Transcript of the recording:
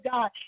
God